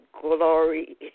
glory